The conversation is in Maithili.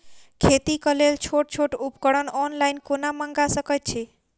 खेतीक लेल छोट छोट उपकरण ऑनलाइन कोना मंगा सकैत छी?